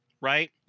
right